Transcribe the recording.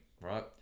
Right